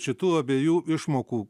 šitų abiejų išmokų